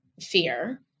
fear